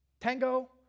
tango